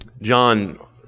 John